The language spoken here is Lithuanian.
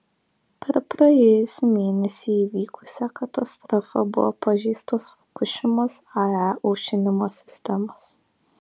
per praėjusį mėnesį įvykusią katastrofą buvo pažeistos fukušimos ae aušinimo sistemos